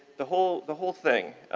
the whole the whole thing.